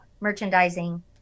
merchandising